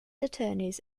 attorneys